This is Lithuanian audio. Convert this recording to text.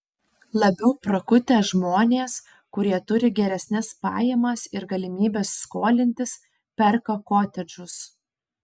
labiau prakutę žmonės kurie turi geresnes pajamas ir galimybes skolintis perka kotedžus